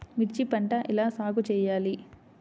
మిర్చి పంట ఎలా సాగు చేయాలి?